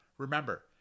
Remember